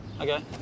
Okay